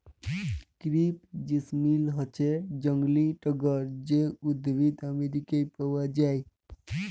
crepe jasmine হচ্যে জংলী টগর যে উদ্ভিদ আমেরিকায় পাওয়া যায়